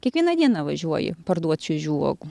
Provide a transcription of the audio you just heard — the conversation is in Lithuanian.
kiekvieną dieną važiuoji parduot šviežių uogų